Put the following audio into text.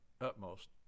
utmost